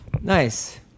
nice